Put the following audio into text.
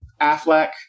Affleck